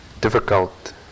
difficult